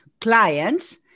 clients